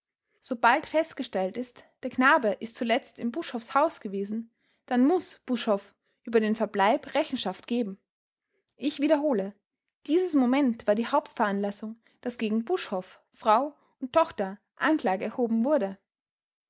sobald festgestellt ist der knabe ist zuletzt in buschhoffs haus gewesen dann muß buschhoff über den verbleib rechenschaft geben ich wiederhole dieses moment war die hauptveranlassung daß gegen buschhoff frau und tochter anklage erhoben wurde